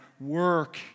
work